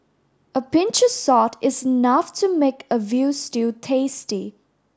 a pinch of salt is enough to make a veal stew tasty